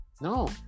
No